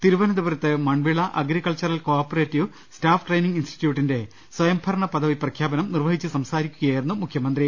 തിരുവനന്തപുരത്ത് Manvila agricultural cooperative staff training ഇൻസ്റ്റിറ്റ്യൂട്ടിന്റെ സ്വയംഭരണ പദവി പ്രഖ്യാ പനം നിർവഹിച്ച് സംസാരിക്കുകയായിരുന്നു അദ്ദേഹം